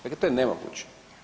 Dakle, to je nemoguće.